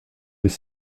des